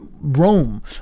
Rome